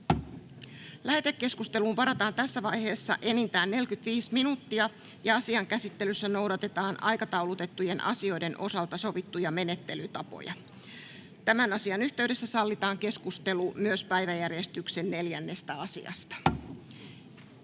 Lähetekeskusteluun varataan tässä vaiheessa enintään 45 minuuttia. Asian käsittelyssä noudatetaan aikataulutettujen asioiden osalta sovittuja menettelytapoja. Tämän asian yhteydessä sallitaan keskustelu myös päiväjärjestyksen 4. asiasta.